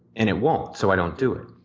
and it won't, so i don't do it.